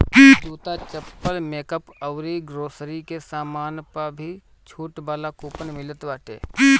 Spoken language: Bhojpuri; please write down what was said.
जूता, चप्पल, मेकअप अउरी ग्रोसरी के सामान पअ भी छुट वाला कूपन मिलत बाटे